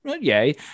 yay